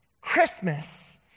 Christmas